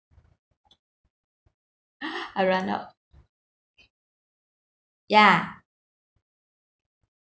I run out yeah